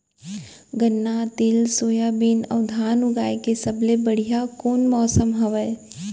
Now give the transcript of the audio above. गन्ना, तिल, सोयाबीन अऊ धान उगाए के सबले बढ़िया कोन मौसम हवये?